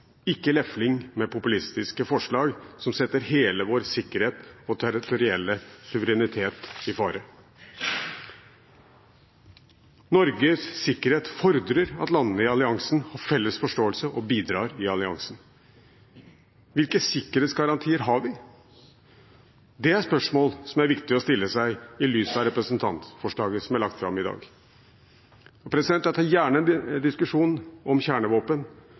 ikke lefling med populistiske forslag, som setter hele vår sikkerhet og territorielle suverenitet i fare. Norges sikkerhet fordrer at landene i alliansen har felles forståelse og bidrar i alliansen. Hvilke sikkerhetsgarantier har vi? Det er et spørsmål som det er viktig å stille seg, i lys av representantforslaget som er lagt fram i dag. Jeg tar gjerne en diskusjon om kjernevåpen,